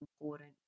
important